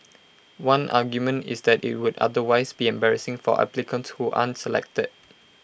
one argument is that IT would otherwise be embarrassing for applicants who aren't selected